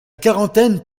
quarantaine